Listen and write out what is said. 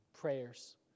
prayers